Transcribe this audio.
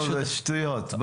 זה שטויות.